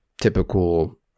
typical